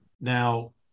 Now